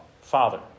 father